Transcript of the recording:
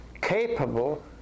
capable